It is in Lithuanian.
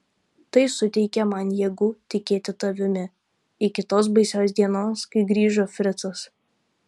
tai suteikė man jėgų tikėti tavimi iki tos baisios dienos kai grįžo fricas